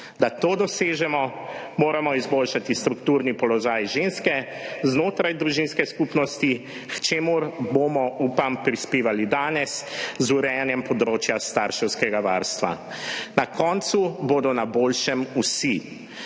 Da to dosežemo, moramo izboljšati strukturni položaj ženske znotraj družinske skupnosti, k čemur bomo, upam, prispevali danes z urejanjem področja starševskega varstva. Na koncu bodo na boljšem vsi,